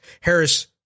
Harris